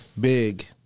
Big